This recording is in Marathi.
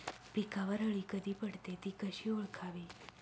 पिकावर अळी कधी पडते, ति कशी ओळखावी?